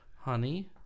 Honey